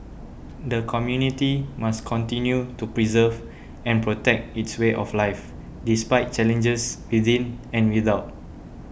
the community must continue to preserve and protect its way of life despite challenges within and without